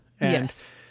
Yes